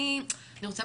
אני רוצה,